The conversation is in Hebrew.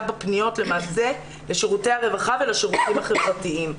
בפניות למעשה לשירותי הרווחה ולשירותים החברתיים.